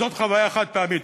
חוויה חד-פעמית,